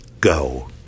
go